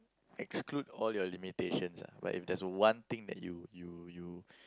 exclude all your limitations lah but if there's one thing that you you you